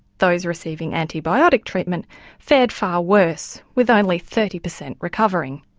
those receiving antibiotic treatment fared far worse with only thirty per cent recovering.